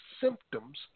symptoms